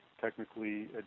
technically